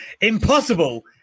Impossible